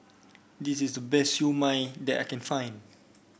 this is the best Siew Mai that I can find